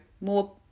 more